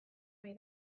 ohi